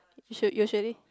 should usually